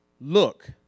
Look